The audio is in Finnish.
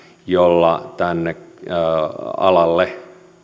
joilla tälle alalle